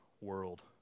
world